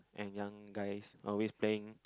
and young guys always playing